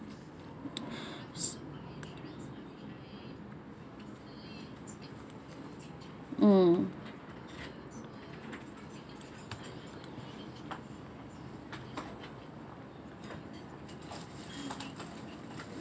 mm